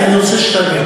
אני רוצה שתבין,